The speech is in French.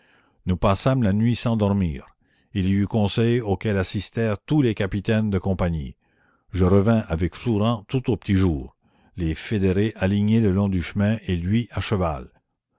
nous passâmes la nuit sans dormir il y eut conseil auquel assistèrent tous les capitaines de compagnies je revins avec flourens tout au petit jour les fédérés alignés le long du chemin et lui à cheval